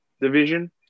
division